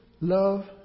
love